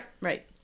right